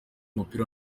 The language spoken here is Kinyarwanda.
mupira